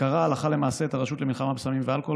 שקרע הלכה למעשה את הרשות למלחמת וסמים ואלכוהול